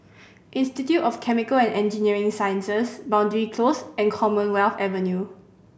Institute of Chemical and Engineering Sciences Boundary Close and Commonwealth Avenue